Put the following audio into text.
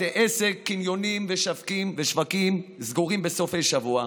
בתי עסק, קניונים ושווקים סגורים בסופי שבוע,